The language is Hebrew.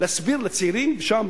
להסביר לצעירים שם,